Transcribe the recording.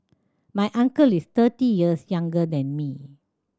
my uncle is thirty years younger than me